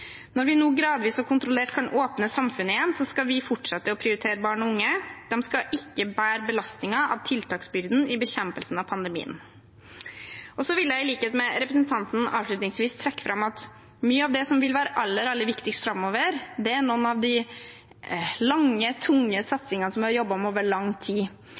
Når vi nå gradvis og kontrollert kan åpne samfunnet igjen, skal vi fortsette å prioritere barn og unge. De skal ikke bære belastningen av tiltaksbyrden i bekjempelsen av pandemien. Så vil jeg i likhet med representanten avslutningsvis trekke fram at mye av det som vil være aller, aller viktigst framover, er noen av de tunge satsingene som vi har jobbet med over lang tid,